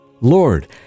Lord